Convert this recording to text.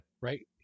right